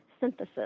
synthesis